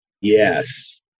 Yes